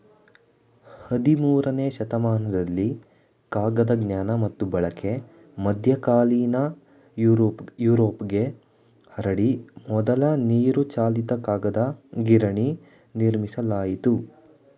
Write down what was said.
ಹದಿಮೂರನೇ ಶತಮಾನದಲ್ಲಿ ಕಾಗದ ಜ್ಞಾನ ಮತ್ತು ಬಳಕೆ ಮಧ್ಯಕಾಲೀನ ಯುರೋಪ್ಗೆ ಹರಡಿ ಮೊದಲ ನೀರುಚಾಲಿತ ಕಾಗದ ಗಿರಣಿ ನಿರ್ಮಿಸಲಾಯಿತು